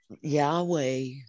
Yahweh